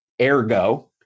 Ergo